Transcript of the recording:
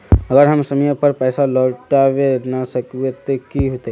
अगर हम समय पर पैसा लौटावे ना सकबे ते की होते?